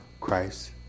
Christ